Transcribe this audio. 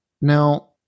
Now